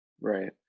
right